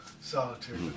solitary